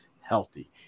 healthy